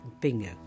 bingo